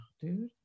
dude